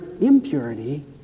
impurity